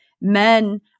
Men